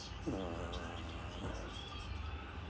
err